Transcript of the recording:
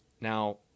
Now